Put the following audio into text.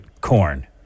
corn